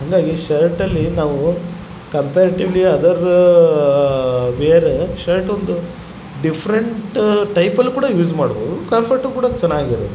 ಹಂಗಾಗಿ ಶರ್ಟಲ್ಲಿ ನಾವು ಕಂಪೇರ್ಟಿವ್ಲಿ ಅದರ ವೇರ್ ಶರ್ಟೊಂದು ಡಿಫ್ರೆಂಟ್ ಟೈಪಲ್ಲಿ ಕೂಡ ಯೂಸ್ ಮಾಡ್ಬೋದು ಕಂಫರ್ಟು ಕೂಡ ಚೆನ್ನಾಗಿದೆ